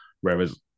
Whereas